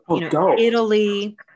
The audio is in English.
Italy